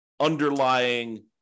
underlying